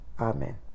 amen